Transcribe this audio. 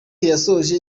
yasoje